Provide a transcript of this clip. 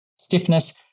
stiffness